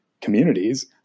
communities